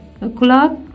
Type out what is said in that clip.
O'clock